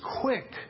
quick